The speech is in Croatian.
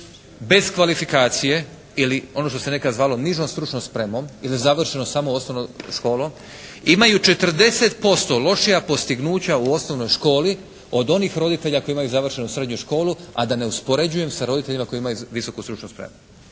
bez kvalifikacije ili ono što se nekad zvalo nižom stručnom spremom ili završenom samo osnovnom školom imaju 40% lošija postignuća u osnovnoj školi od onih roditelja koji imaju završenu srednju školu, a da ne uspoređujem sa roditeljima koji imaju visoku stručnu spremu.